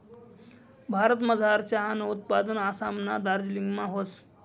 भारतमझार चहानं उत्पादन आसामना दार्जिलिंगमा व्हस